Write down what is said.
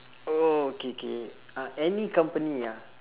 oh okay K uh any company ah